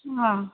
हा